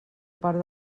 part